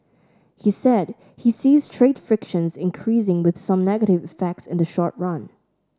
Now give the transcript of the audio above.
he said he sees trade frictions increasing with some negative effects in the short run